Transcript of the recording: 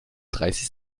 dreißig